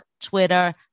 Twitter